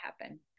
happen